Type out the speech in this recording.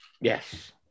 Yes